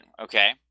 okay